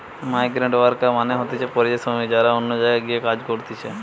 migrant worker মানে হতিছে পরিযায়ী শ্রমিক যারা অন্য জায়গায় গিয়ে কাজ করতিছে